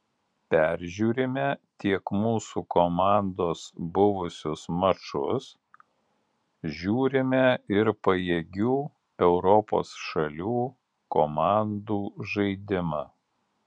peržiūrime tiek mūsų komandos buvusius mačus žiūrime ir pajėgių europos šalių komandų žaidimą